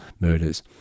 murders